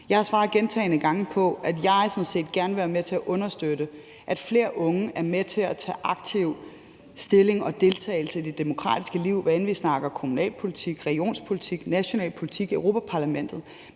Jeg har svaret gentagne gange på, at jeg sådan set gerne vil være med til at understøtte, at flere unge er med til at tage aktiv stilling til og deltage i det demokratiske liv, hvad enten vi snakker kommunalpolitik, regionspolitik, national politik eller Europa-Parlamentet,